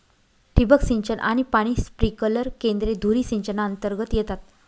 ठिबक सिंचन आणि पाणी स्प्रिंकलर केंद्रे धुरी सिंचनातर्गत येतात